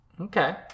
Okay